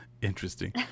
Interesting